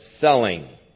selling